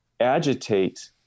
agitate